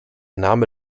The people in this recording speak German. name